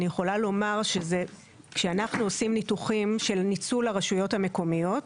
אני יכולה לומר שכשאנחנו עושים ניתוחים של ניצול הרשויות המקומיות,